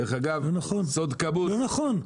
דרך אגב, סוד כמוס --- לא נכון.